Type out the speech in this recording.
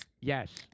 Yes